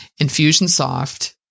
Infusionsoft